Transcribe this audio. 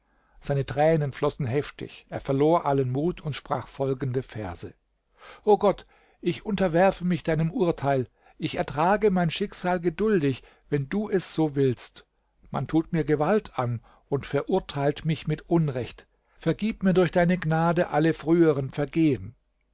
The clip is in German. seine tränen flossen heftig er verlor allen mut und sprach folgende verse o gott ich unterwerfe mich deinem urteil ich ertrage mein schicksal geduldig wenn du es so willst man tut mir gewalt an und verurteilt mich mit unrecht vergib mir durch deine gnade alle früheren vergehen